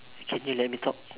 can you let me talk